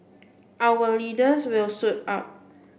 our leaders will suit up